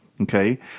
Okay